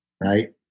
right